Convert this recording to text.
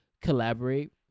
collaborate